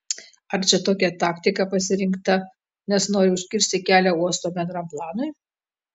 ar čia tokia taktika pasirinkta nes nori užkirsti kelią uosto bendram planui